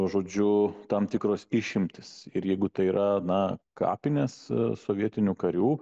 žodžiu tam tikros išimtys ir jeigu tai yra na kapinės sovietinių karių